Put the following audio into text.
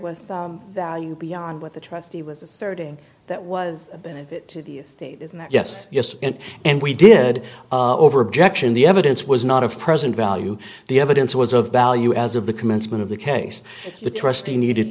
with value beyond what the trustee was asserting that was a benefit to the state isn't that yes yes and we did over objection the evidence was not of present value the evidence was of value as of the commencement of the case the trustee needed